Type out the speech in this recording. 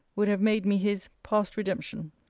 would have made me his, past redemption.